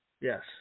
yes